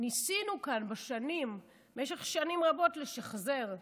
ניסינו כאן במשך שנים רבות לשחזר,